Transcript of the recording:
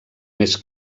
més